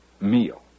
meal